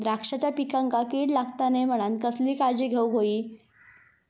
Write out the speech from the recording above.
द्राक्षांच्या पिकांक कीड लागता नये म्हणान कसली काळजी घेऊक होई?